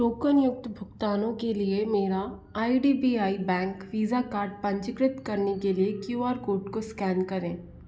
टोकनयुक्त भुगतानों के लिए मेरा I D B I bank Visa card पंजीकृत करने के लिए क्यू आर कोड को स्कैन करें